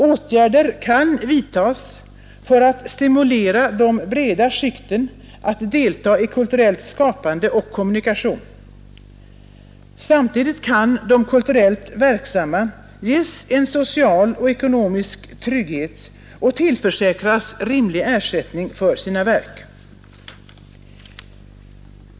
Åtgärder kan vidtas för att stimulera de breda skikten att deltaga i kulturellt skapande och kommunikation. Samtidigt kan de kulturellt yrkesverksamma ges en social och ekonomisk trygghet och tillförsäkras rimlig ersättning för sina verk.